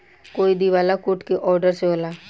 कोई दिवाला कोर्ट के ऑर्डर से होला